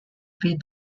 three